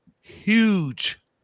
huge